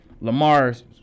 Lamar's